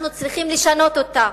אנחנו צריכים לשנות אותה.